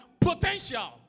potential